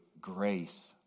grace